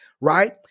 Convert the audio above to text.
right